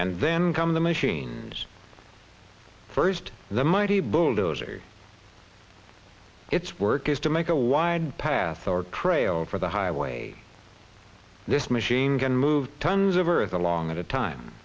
and then come the machines first and the mighty bulldozers it's work is to make a wide path or trail for the highway this machine can move tons of earth along at a time